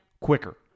quicker